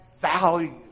value